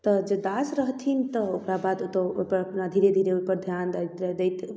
तऽ जे दास रहथिन तऽ ओकरा बाद ओतऽ ओइपर अपना धीरे धीरे ओइपर ध्यान दैत दैत